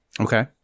Okay